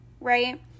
right